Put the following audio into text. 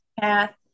path